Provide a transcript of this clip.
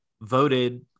voted